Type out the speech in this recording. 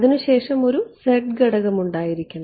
അതിനുശേഷം ഒരു ഘടകം ഉണ്ടായിരിക്കണം